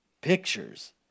pictures